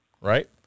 Right